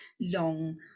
long